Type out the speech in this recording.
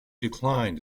declined